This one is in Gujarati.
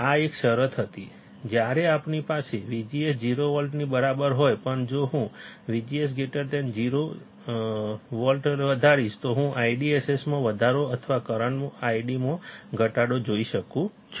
આ એક શરત હતી જ્યારે આપણી પાસે VGS 0 વોલ્ટની બરાબર હોય પણ જો હું VG S 0 વોલ્ટ વધારીશ તો હું IDSS માં વધારો અથવા કરંટ ID માં ઘટાડો જોઈ શકું છું